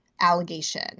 allegation